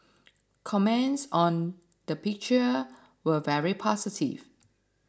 comments on the picture were very positive